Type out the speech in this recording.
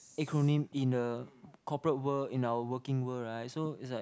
acronym in a corporate world in our working world right so is like